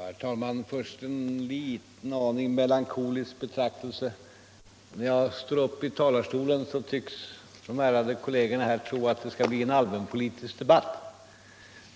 Herr talman! Först en lite grand melankolisk betraktelse. När jag står upp i talarstolen tycks de ärade kollegerna tro att det skall bli en allmänpolitisk debatt.